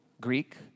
Greek